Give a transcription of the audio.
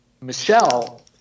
Michelle